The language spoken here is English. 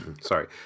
sorry